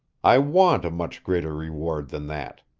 i want a much greater reward than that,